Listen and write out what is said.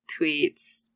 tweets